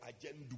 agenda